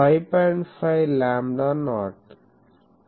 5 lambda not ఇది 2